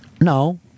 No